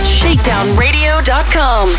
shakedownradio.com